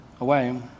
away